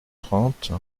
trente